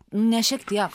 ne šiek tiek